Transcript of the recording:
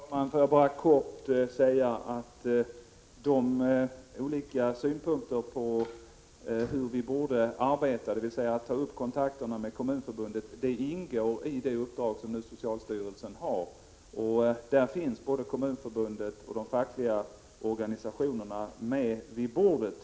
Fru talman! Jag vill kortfattat säga att de olika synpunkter på hur vi borde arbeta, dvs. att ta upp kontakterna med Kommunförbundet, ingår i socialstyrelsens uppdrag. I detta sammanhang finns både Kommunförbundet och de fackliga organisationerna med vid bordet.